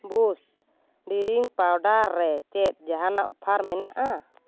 Boost ᱵᱨᱤᱞᱤᱝ powder ᱨᱮ ᱪᱮᱫ ᱡᱟᱦᱟᱸᱱᱟᱜ ᱚᱯᱷᱟᱨ ᱢᱮᱱᱟᱜᱼᱟ